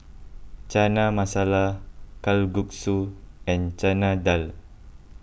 Chana Masala Kalguksu and Chana Dal